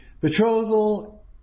Betrothal